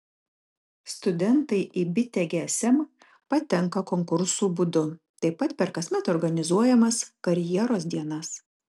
studentai į bitę gsm patenka konkursų būdu taip pat per kasmet organizuojamas karjeros dienas